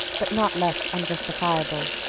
but not less unjustifiable,